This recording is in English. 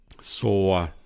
saw